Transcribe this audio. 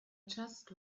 just